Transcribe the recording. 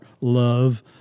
love